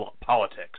politics